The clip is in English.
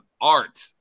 art